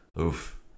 Oof